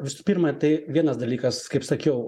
visų pirma tai vienas dalykas kaip sakiau